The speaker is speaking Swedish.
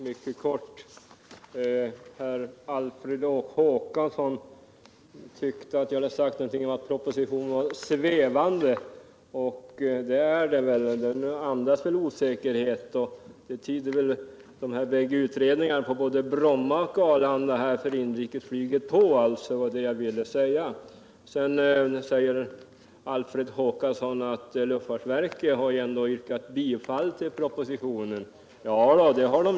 Herr talman! Alfred Håkansson tyckte att jag hade sagt något om att propositionen är svävande. Det är den väl. Den andas osäkerhet, liksom utredningarna om Bromma och inrikesflyget. Det var detta jag ville säga. Sedan säger Alfred Håkansson att luftfartsverket ändå yrkat bifall till propositionens förslag.